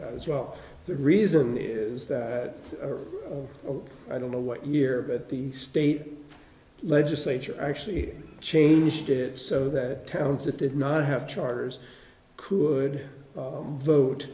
isn't as well the reason is that i don't know what year but the state legislature actually changed it so that towns that did not have charters could vote